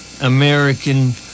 American